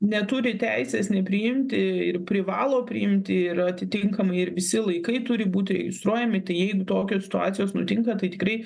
neturi teisės nepriimti ir privalo priimti ir atitinkamai ir visi laikai turi būti registruojami tai jeigu tokios situacijos nutinka tai tikrai